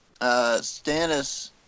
Stannis